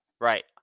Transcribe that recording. Right